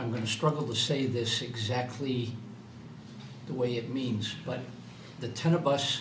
i'm going to struggle to say this exactly the way it means but the ten of us